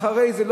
אחרי זה,